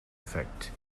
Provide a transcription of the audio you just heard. effect